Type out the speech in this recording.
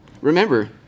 Remember